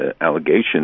allegations